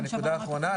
אחרונה,